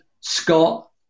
Scott